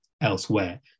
elsewhere